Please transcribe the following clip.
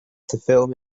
film